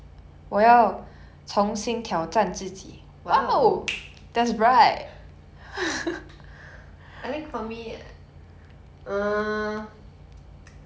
I think for me uh like during C_B the dalgona was fun to make but super sweet so